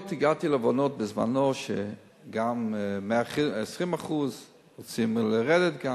בזמנו הגעתי להבנות שגם 120%. רצינו גם לרדת.